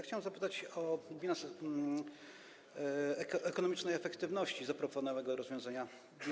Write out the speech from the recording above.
Chciałem zapytać o bilans ekonomicznej efektywności zaproponowanego rozwiązania.